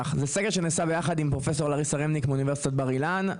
זה סקר שנעשה ביחד עם פרופ' לריסה רמניק מאוניברסיטת בר אילן,